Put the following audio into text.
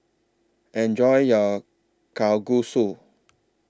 Enjoy your Kalguksu